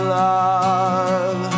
love